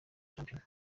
shampiyona